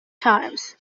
times